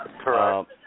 Correct